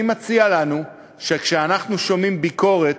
אני מציע לנו שכשאנחנו שומעים ביקורת,